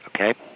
Okay